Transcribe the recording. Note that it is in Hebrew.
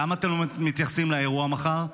למה אתם לא מתייחסים לאירוע מחר?